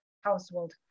household